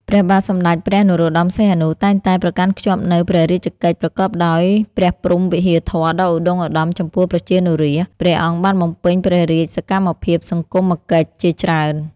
ព្រះបាទសម្ដេច ព្រះនរោត្ដម សីហនុ តែងតែប្រកាន់ខ្ជាប់នូវព្រះរាជកិច្ចប្រកបដោយព្រះព្រហ្មវិហារធម៌ដ៏ឧត្ដុង្គឧត្ដមចំពោះប្រជានុរាស្ត្រ ព្រះអង្គបានបំពេញព្រះរាជសកម្មភាពសង្គមកិច្ចជាច្រើន។